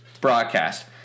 broadcast